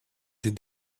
did